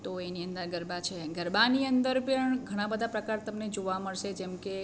તો એની અંદર ગરબા છે ગરબાની અંદર પણ ઘણા બધા પ્રકાર તમને જોવા મળશે જેમ કે